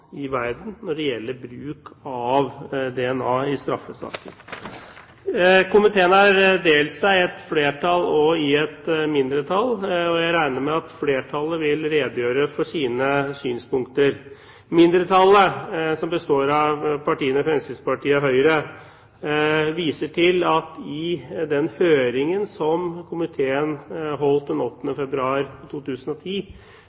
i verden når det gjelder bruk av DNA i straffesaker. Komiteen har delt seg i et flertall og et mindretall, og jeg regner med at flertallet vil redegjøre for sine synspunkter. Mindretallet, som består av Fremskrittspartiet og Høyre, viser til at i den høringen som komiteen holdt den